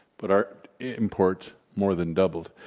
but our imports, more than doubled.